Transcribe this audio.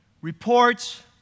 reports